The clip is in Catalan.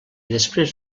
després